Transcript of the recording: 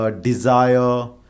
desire